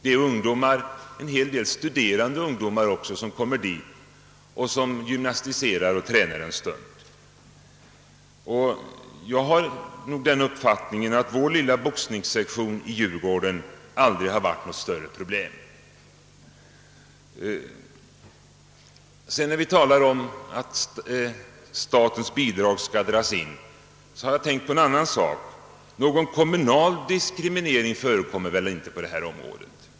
Det är ungdomar — en hel del studerande — som kommer dit och gymnastiserar och tränar en stund. Jag har den uppfattningen att vår lilla boxningssektion i Djurgården aldrig har varit något större problem. När det talas om att statsbidraget skall dras in har jag frågat mig om någon kommunal diskriminering förekommer på detta område.